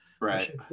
Right